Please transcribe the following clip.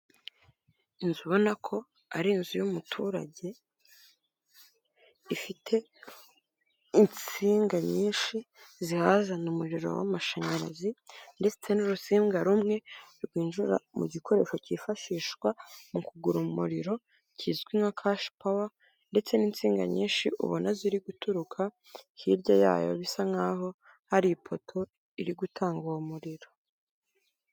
Inzu ubona ko ari inzu y'umuturage ifite insinga nyinshi zihazana umuriro w'amashanyarazi ndetse n'urusimbwa rumwe rwinjira mu gikoresho cyifashishwa mu kugura umuriro kizwi nka Kashi pawa( cash power )ndetse n'insinga nyinshi ubona ziri guturuka hirya yayo bisa nkaho hari ipoto iri gutanga uwo muriro.